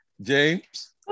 James